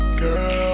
girl